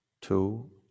two